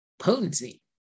potency